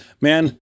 man